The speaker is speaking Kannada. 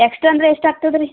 ಎಕ್ಸ್ಟ್ರಾ ಅಂದ್ರೆ ಎಷ್ಟಾಗ್ತದೆ ರೀ